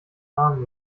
arm